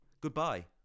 goodbye